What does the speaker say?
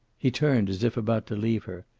he turned, as if about to leave her,